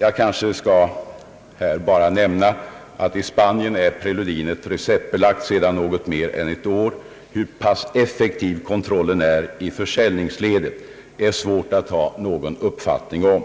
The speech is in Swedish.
Jag skall här bara nämna att i Spanien preludin är receptbelagt sedan något mer än ett år. Hur pass effektiv kontrollen är i försäljningsledet är svårt att ha någon uppfattning om.